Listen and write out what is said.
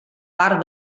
part